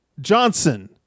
Johnson